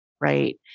right